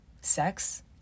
sex